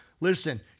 Listen